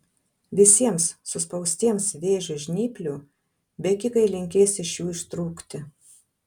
visiems suspaustiems vėžio žnyplių bėgikai linkės iš jų ištrūkti